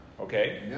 okay